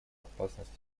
опасности